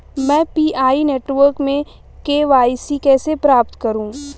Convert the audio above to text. मैं P I network में KYC कैसे प्राप्त करूँ?